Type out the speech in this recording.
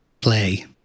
Play